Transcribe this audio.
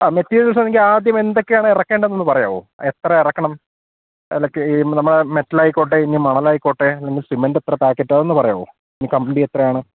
ആ മെറ്റീരിയൽസ്ന്തെങ്കി ആദ്യം എന്തൊക്കെയാണ് ഇറക്കേണ്ടതന്ന് പറയാവോ എത്ര എറക്കണം അല്ലക്ക് ഈ നമ്മുടെ മെറ്റലായിക്കോട്ടെ ഇനി മണലായിക്കോട്ടെ അല്ലെങ്കി സിമെൻറ്റ് എത്ര പാക്കറ്റ് അതന്ന് പറയാവോ ഇനി കമ്പനിി എത്രയാണ്